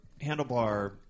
handlebar